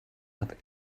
hat